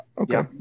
okay